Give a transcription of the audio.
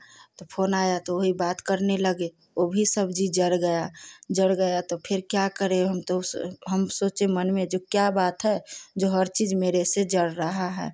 तो फोन आया तो वही बात करने लगे वह भी सब्जी जल गया जल गया तो फिर क्या करे हम तो उस हम सोचे मन में जो क्या बात है जो हर चीज़ मेरे से जल रहा है